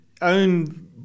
own